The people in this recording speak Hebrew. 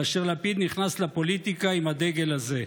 כאשר לפיד נכנס לפוליטיקה עם הדגל הזה.